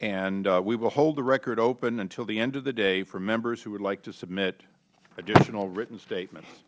and we will hold the record open until the end of the day for members who would like to submit additional written statement